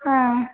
ആ